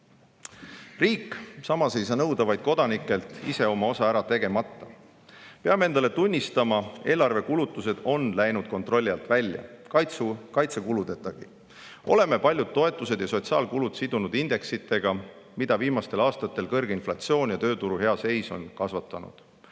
saa samas nõuda vaid kodanikelt, ise oma osa ära tegemata. Peame endale tunnistama: eelarvekulutused on läinud kontrolli alt välja kaitsekuludetagi. Oleme paljud toetused ja sotsiaalkulud sidunud indeksitega, mida viimaste aastate kõrge inflatsioon ja tööturu hea seis on kasvatanud.